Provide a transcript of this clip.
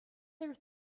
there